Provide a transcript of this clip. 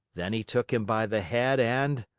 then he took him by the head and.